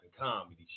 comedy